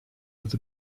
with